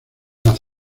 las